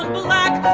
black